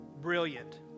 Brilliant